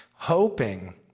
Hoping